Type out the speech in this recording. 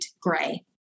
gray